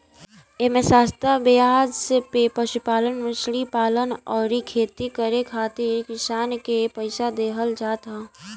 एमे सस्ता बेआज पे पशुपालन, मछरी पालन अउरी खेती करे खातिर किसान के पईसा देहल जात ह